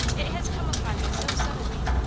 it has come upon me so suddenly.